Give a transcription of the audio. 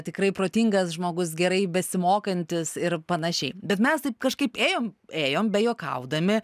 tikrai protingas žmogus gerai besimokantis ir panašiai bet mes taip kažkaip ėjom ėjom bejuokaudami